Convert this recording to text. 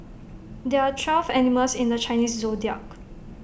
there are twelve animals in the Chinese Zodiac